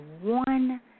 one